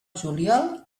juliol